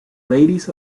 ladies